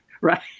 Right